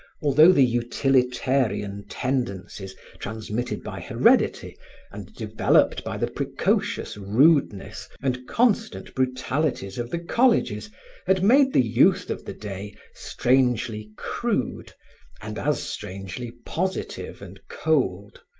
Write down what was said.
although the utilitarian tendencies transmitted by heredity and developed by the precocious rudeness and constant brutalities of the colleges had made the youth of the day strangely crude and as strangely positive and cold,